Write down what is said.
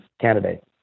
candidate